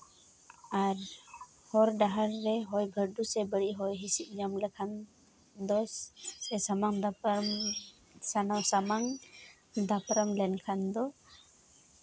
ᱟᱨ ᱦᱚᱨ ᱰᱟᱦᱟᱨ ᱨᱮ ᱦᱚᱭ ᱵᱟᱹᱨᱰᱩ ᱥᱮ ᱵᱟᱹᱲᱤᱡ ᱦᱚᱭ ᱦᱤᱸᱥᱤᱫ ᱧᱟᱢ ᱞᱮᱠᱷᱟᱱ ᱫᱚᱭ ᱥᱟᱢᱟᱝ ᱫᱟᱯᱨᱟᱢ ᱥᱟᱢᱟᱝ ᱥᱟᱢᱟᱝ ᱫᱟᱯᱨᱟᱢ ᱞᱮᱱᱠᱷᱟᱱ ᱫᱚ